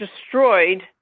destroyed